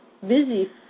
busy